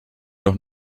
doch